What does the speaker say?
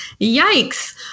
yikes